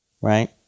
right